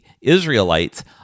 Israelites